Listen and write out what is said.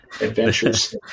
adventures